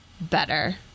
better